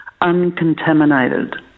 uncontaminated